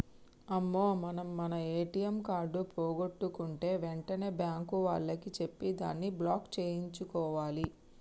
అమ్మో మనం మన ఏటీఎం కార్డు పోగొట్టుకుంటే వెంటనే బ్యాంకు వాళ్లకి చెప్పి దాన్ని బ్లాక్ సేయించుకోవాలి